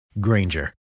Granger